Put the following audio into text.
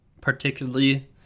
Particularly